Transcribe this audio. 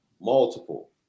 multiple